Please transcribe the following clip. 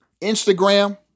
Instagram